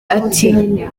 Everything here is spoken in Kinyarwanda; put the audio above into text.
ati